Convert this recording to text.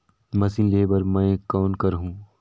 Machine लेहे बर मै कौन करहूं?